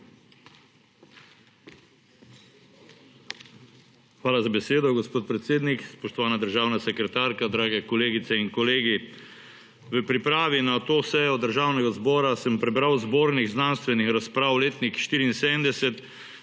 Hvala za besedo, gospod predsednik. Spoštovana državna sekretarka, drage kolegice in kolegi! V pripravi na to sejo Državnega zbora sem prebral Zbornik znanstvenih razprav, letnik 74,